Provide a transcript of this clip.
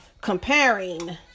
comparing